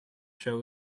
show